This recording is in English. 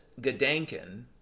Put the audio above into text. gedanken